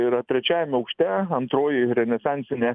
yra trečiajame aukšte antroji renesansinė